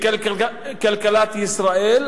בכלכלת ישראל,